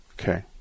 okay